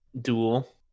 duel